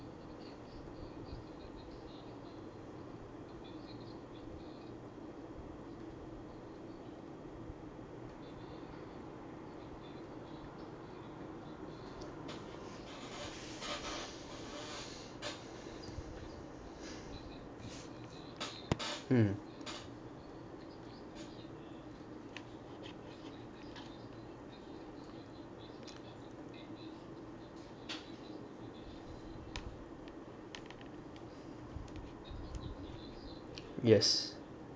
mm yes